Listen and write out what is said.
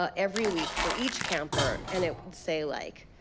ah every week for each camper. and it would say, like,